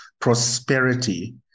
prosperity